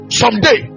someday